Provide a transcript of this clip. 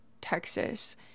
Texas